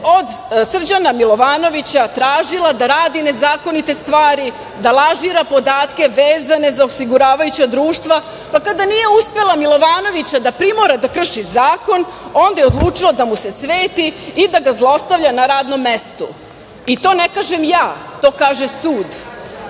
od Srđana Milovanovića tražila da radi nezakonite stvari, da lažira podatke vezane za osiguravajuća društva, pa kada nije uspela Milovanovića da primora da krši zakon, onda je odlučila da mu se sveti i da ga zlostavlja na radnom mestu. I to ne kažem ja, to kaže sud.A